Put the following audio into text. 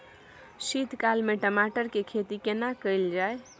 शीत काल में टमाटर के खेती केना कैल जाय?